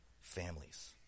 families